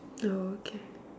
okay